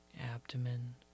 abdomen